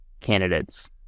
candidates